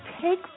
Take